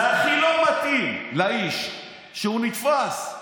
זה הכי לא מתאים לאיש שהוא נתפס,